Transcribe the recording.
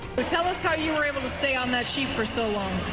but tell us how you are able to stay on that she for so long.